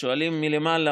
שואלים מלמעלה,